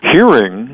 Hearing